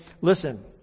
listen